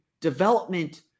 development